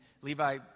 Levi